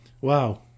Wow